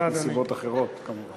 בנסיבות אחרות כמובן.